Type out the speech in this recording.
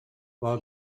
while